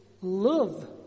love